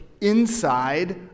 inside